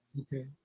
okay